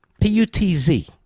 P-U-T-Z